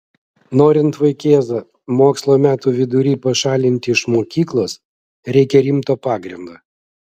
norint vaikėzą mokslo metų vidury pašalinti iš mokyklos reikia rimto pagrindo